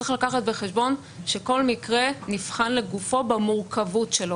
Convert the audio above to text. צריך לקחת בחשבון שכל מקרה נבחן לגופו במורכבות שלו.